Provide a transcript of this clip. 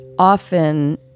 Often